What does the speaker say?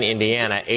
Indiana